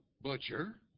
butcher